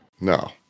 No